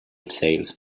sales